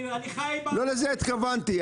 לא לזה התכוונתי.